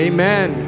Amen